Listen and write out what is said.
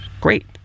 great